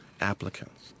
applicants